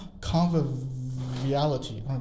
conviviality